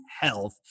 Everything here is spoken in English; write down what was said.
health